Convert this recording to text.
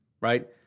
right